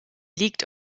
liegt